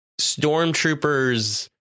stormtroopers